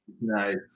nice